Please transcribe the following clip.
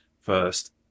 first